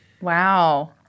Wow